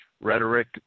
rhetoric